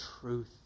truth